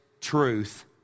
truth